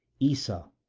issa,